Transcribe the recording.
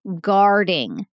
guarding